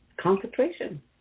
concentration